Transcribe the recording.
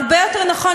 הרבה יותר נכון,